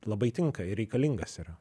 labai tinka ir reikalingas yra